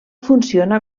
funciona